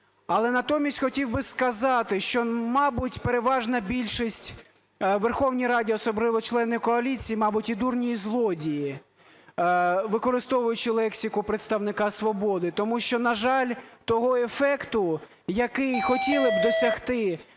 Але натомість хотів би сказати, що, мабуть, переважна більшість в Верховні Раді, особливо члени коаліції, мабуть, і дурні і злодії, використовуючи лексику представника "Свободи". Тому що, на жаль, того ефекту, який хотіли б досягти